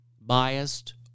biased